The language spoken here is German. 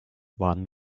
waren